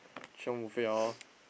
chiong buffet lor